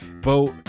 Vote